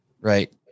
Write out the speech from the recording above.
Right